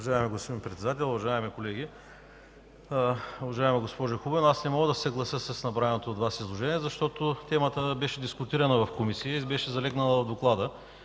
Уважаеми господин Председател, уважаеми колеги! Уважаема госпожо Хубенова, не мога да се съглася с направеното от Вас изложение, защото темата беше дискутирана в комисии, беше залегнала в доклада,